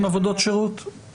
כן עבודות שירות,